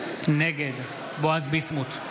נגד בועז ביסמוט,